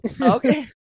okay